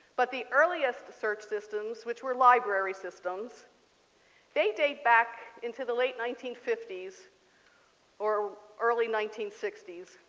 but the earliest search systems which were library systems they date back in to the late nineteen fifty s or early nineteen sixty s